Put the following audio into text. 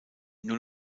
nur